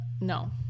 No